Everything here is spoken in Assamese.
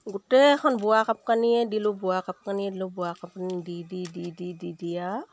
গোটেইখন বোৱা কাপোৰ কানিয়ে দিলোঁ বোৱা কাপোৰ কানি দিলোঁ বোৱা কাপোৰ দি দি দি দি দি দি আৰু